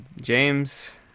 James